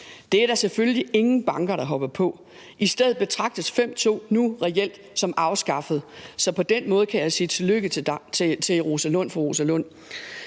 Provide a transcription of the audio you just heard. det er der selvfølgelig ingen banker der hopper på. I stedet for betragtes § 5, stk. 2, nu reelt som afskaffet. Så på den måde kan jeg sige tillykke til fru Rosa Lund.